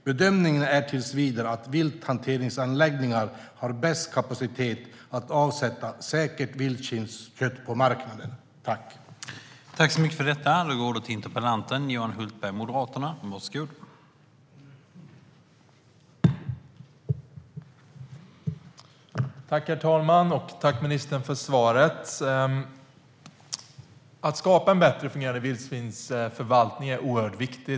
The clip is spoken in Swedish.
Bedömningen är tills vidare att vilthanteringsanläggningarna har bäst kapacitet att avsätta säkert vildsvinskött på marknaden.